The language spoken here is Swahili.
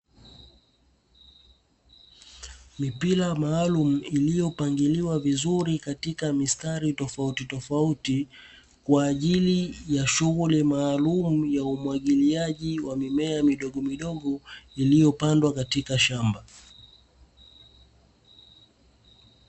Mipira maalumu iliyopangiliwa katika mistari tofauti tofauti kwa ajili ya shughuli maalumu ya umwagiliaji wa mimea midogo midogo iliyopandwa katika shamba.